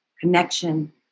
connection